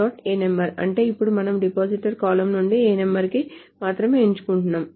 ano అంటే ఇప్పుడు మనము డిపాజిటర్ కాలమ్ నుండి ano ని మాత్రమే ఎంచుకుంటున్నాము